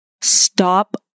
Stop